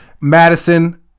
Madison